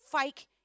fake